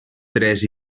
tres